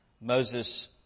Moses